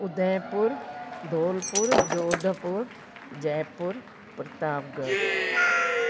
Udaipur Dholpur Jodhpur Jaipur Pratap Garh